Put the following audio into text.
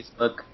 Facebook